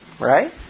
Right